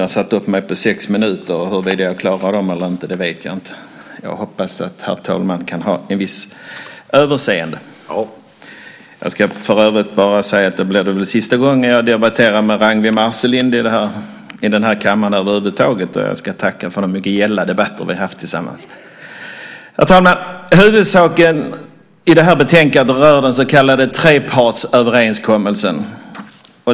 Herr talman! Det blir väl sista gången jag debatterar med Ragnwi Marcelind i den här kammaren över huvud taget. Jag ska tacka för de mycket gälla debatter vi har haft tillsammans. Herr talman! Huvudsaken i det här betänkandet rör den så kallade trepartsöverenskommelsen.